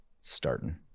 starting